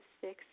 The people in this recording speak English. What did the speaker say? six